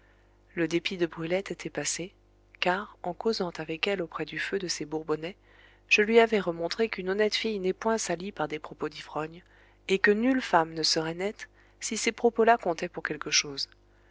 le dépit de brulette était passé car en causant avec elle auprès du feu de ces bourbonnais je lui avais remontré qu'une honnête fille n'est point salie par des propos d'ivrognes et que nulle femme ne serait nette si ces propos là comptaient pour quelque chose